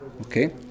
Okay